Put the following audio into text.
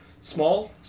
small